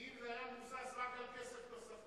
כי אם זה היה מבוסס רק על כסף תוספתי,